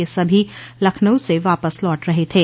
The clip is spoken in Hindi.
यह सभी लखनऊ से वापस लौट रहे थे